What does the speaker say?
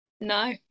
No